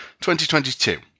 2022